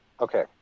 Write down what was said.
Okay